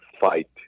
fight